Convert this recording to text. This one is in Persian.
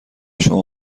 شما